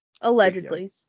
Allegedly